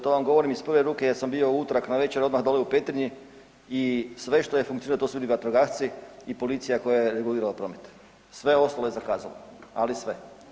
To vam govorim iz prve ruke jer sam bio u utorak navečer odmah dolje u Petrinji i sve što je funkcioniralo to su oni vatrogasci i policija koja je regulirala promet, sve ostalo je zakazalo, ali sve.